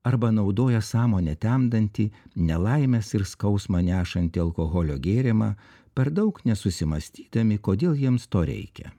arba naudoja sąmonę temdantį nelaimes ir skausmą nešantį alkoholio gėrimą per daug nesusimąstydami kodėl jiems to reikia